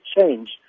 change